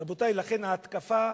רבותי, לכן "התקפה"